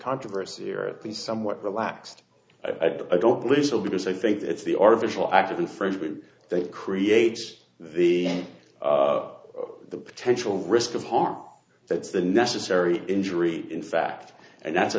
controversy or at least somewhat relaxed i don't listen because i think it's the artificial act of infringement that creates the the potential risk of harm that's the necessary injury in fact and that's a